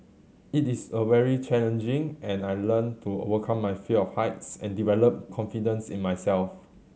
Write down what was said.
it is a very challenging and I learnt to overcome my fear of heights and develop confidence in myself